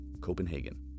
Copenhagen